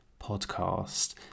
podcast